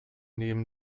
neben